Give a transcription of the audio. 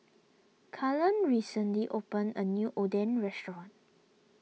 Cullen recently opened a new Oden restaurant